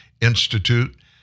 Institute